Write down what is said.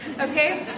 Okay